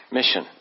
mission 。